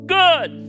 good